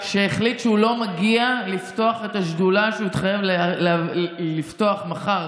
שהחליט שהוא לא מגיע לפתוח את השדולה שהוא התחייב לפתוח מחר,